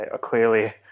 Clearly